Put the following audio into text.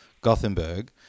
Gothenburg